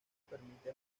permite